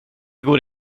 går